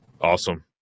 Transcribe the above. Awesome